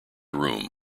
room